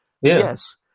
Yes